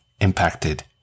impacted